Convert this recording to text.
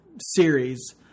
series